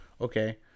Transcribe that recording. Okay